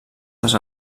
les